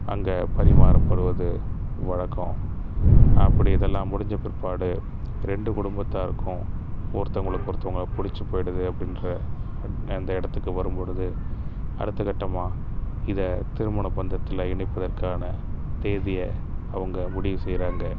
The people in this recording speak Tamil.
அங்கே பரிமாறப்படுவது வழக்கம் அப்படி இதெல்லாம் முடிந்த பிற்பாடு ரெண்டு குடும்பத்தாருக்கும் ஒருத்தவங்களுக்கு ஒருத்தவங்களை பிடிச்சிப் போயிடுது அப்படின்ற அந்த இடத்துக்கு வரும்பொழுது அடுத்தக் கட்டமாக இதை திருமணப் பந்தத்தில் இணைப்பதற்கான தேதியை அவங்க முடிவு செய்கிறாங்க